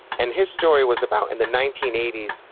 and his story was about in the nineteen eighty s,